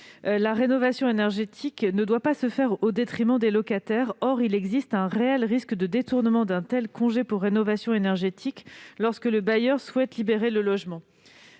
la rénovation énergétique ne doit pas se faire au détriment des locataires. Or il existe un risque réel de détournement d'un tel congé pour rénovation énergétique lorsque le bailleur souhaite libérer le logement.